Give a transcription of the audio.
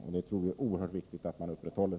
Och vi tror att det är oerhört viktigt att man gör det.